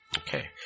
Okay